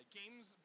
games